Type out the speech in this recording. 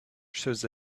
shows